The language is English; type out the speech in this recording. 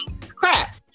crap